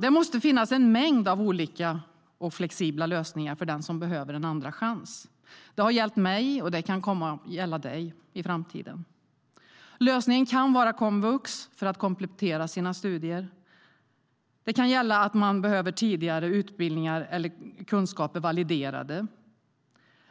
Det måste finnas en mängd olika och flexibla lösningar för den som behöver en andra chans. Det har gällt mig, och det kan komma att gälla dig i framtiden. Lösningen kan vara komvux för att komplettera sina studier. Det kan handla om att man behöver få tidigare utbildningar eller kunskaper validerade